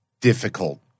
difficult